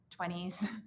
20s